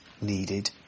needed